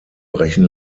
brechen